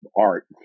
art